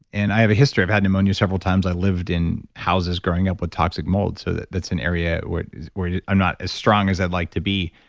and i have a history. i've had pneumonia several times. i lived in houses growing up with toxic mold. so that's an area where where i'm not as strong as i'd like to be.